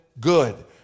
good